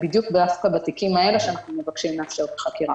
דווקא בתיקים האלה שאנחנו מבקשים לאפשר את החקירה.